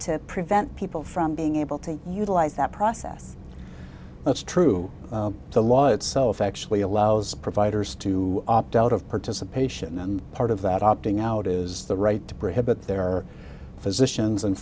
to prevent people from being able to utilize that process that's true the law itself actually allows providers to opt out of participation and part of that opting out is the right to prohibit their physicians and